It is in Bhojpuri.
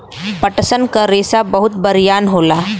पटसन क रेसा बहुत बरियार होला